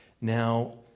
Now